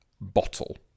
bottle